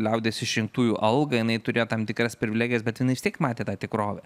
liaudies išrinktųjų algą jinai turėjo tam tikras privilegijas bet jinai vis tiek matė tą tikrovę